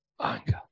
anger